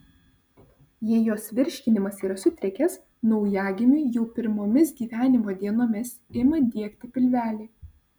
jei jos virškinimas yra sutrikęs naujagimiui jau pirmomis gyvenimo dienomis ima diegti pilvelį